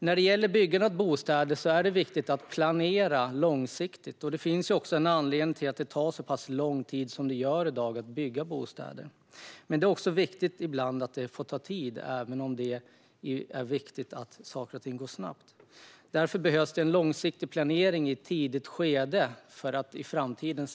När det gäller byggandet av bostäder är det viktigt att planera långsiktigt, och det finns också anledningar till att det tar så pass lång tid att bygga bostäder som det gör i dag. Visst är det viktigt att saker och ting går snabbt, men ibland är det också viktigt att det får ta tid.